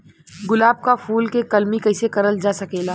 गुलाब क फूल के कलमी कैसे करल जा सकेला?